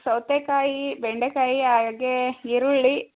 ಸೌತೆಕಾಯಿ ಬೆಂಡೆಕಾಯಿ ಹಾಗೆ ಈರುಳ್ಳಿ